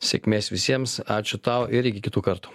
sėkmės visiems ačiū tau ir iki kitų kartų